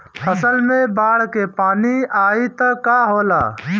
फसल मे बाढ़ के पानी आई त का होला?